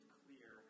clear